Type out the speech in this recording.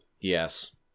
Yes